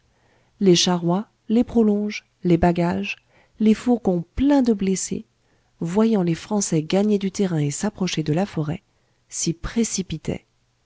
les charrois les prolonges les bagages les fourgons pleins de blessés voyant les français gagner du terrain et s'approcher de la forêt s'y précipitaient